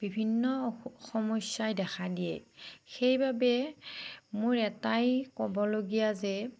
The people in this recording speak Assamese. বিভিন্ন সমস্য়াই দেখা দিয়ে সেইবাবে মোৰ এটাই ক'বলগীয়া যে